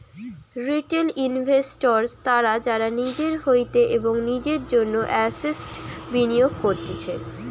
retail investors তারা যারা নিজের হইতে এবং নিজের জন্য এসেটস বিনিয়োগ করতিছে